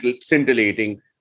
scintillating